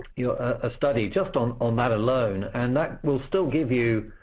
you know a study just on on that alone, and that will still give you